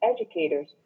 educators